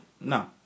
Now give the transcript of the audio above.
No